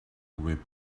whip